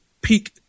peak